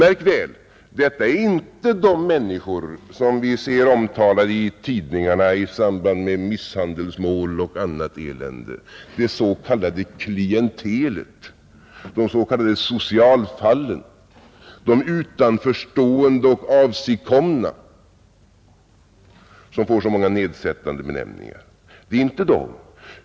Märk väl: Detta är inte de människor som vi ser omskrivna i tidningar i samband med misshandelsmål och annat elände, det s.k. klientelet, de s. k, socialfallen, de utanförstående och avsigkomna, som får så många nedsättande benämningar. Det är inte de.